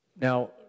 Now